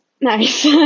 Nice